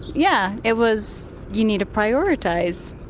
yeah it was, you need to prioritise.